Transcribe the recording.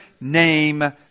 name